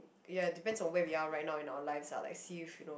ya depends on where we are right now in our lives ah like see if you know